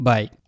Bye